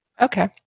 Okay